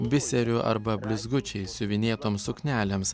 biseriu arba blizgučiais siuvinėtoms suknelėms